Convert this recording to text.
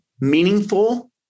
meaningful